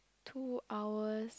two hours